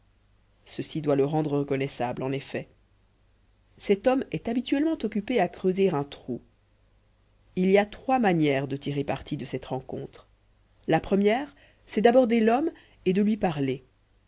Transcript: ceci doit le rendre reconnaissable en effet cet homme est habituellement occupé à creuser un trou il y a trois manières de tirer parti de cette rencontre la première c'est d'aborder l'homme et de lui parler